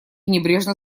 небрежно